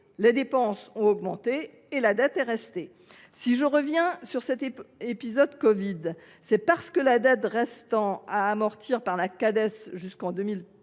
les dépenses ont augmenté et la dette est restée. Si je reviens sur cet épisode du covid 19, c’est parce que la dette restant à amortir par la Cades jusqu’en 2033